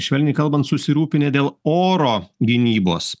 švelniai kalbant susirūpinę dėl oro gynybos